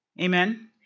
Amen